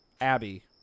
Abby